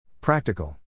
Practical